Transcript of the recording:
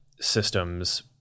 systems